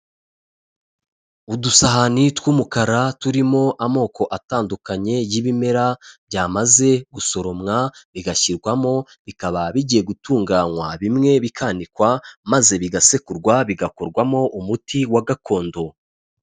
Udusahani tw'umukara turimo amoko atandukanye y'ibimera, byamaze gusoromwa bigashyirwamo, bikaba bigiye gutunganywa bimwe bikanikwa maze bigasekurwa, bigakorwamo umuti wa gakondo.